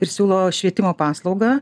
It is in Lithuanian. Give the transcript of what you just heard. ir siūlo švietimo paslaugą